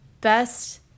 best